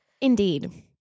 indeed